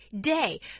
day